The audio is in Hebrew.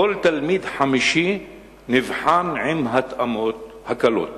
כל תלמיד חמישי נבחן עם התאמות, הקלות.